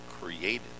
created